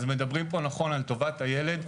אז מדברים פה נכון על טובת הילד,